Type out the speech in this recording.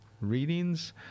readings